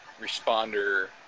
responder